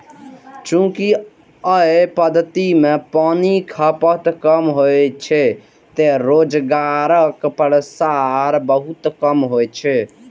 चूंकि अय पद्धति मे पानिक खपत कम होइ छै, तें रोगक प्रसार बहुत कम होइ छै